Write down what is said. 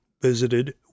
visited